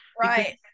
right